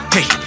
Hey